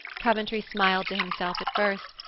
coventry smiled to himself at first,